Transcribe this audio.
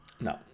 no